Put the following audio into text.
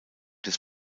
des